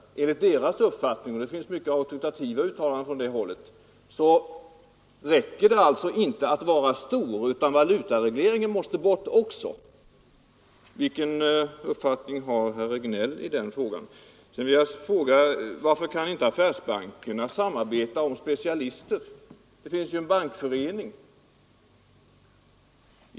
Enligt deras uppfattning — och det finns mycket auktoritativa uttalanden från det hållet — räcker det alltså inte att vara stor, utan valutaregleringen måste bort också. Vilken uppfattning har herr Regnéll i den frågan? Sedan vill jag fråga: Varför kan inte affärsbankerna samarbeta om specialister? Det finns ju en bankförening.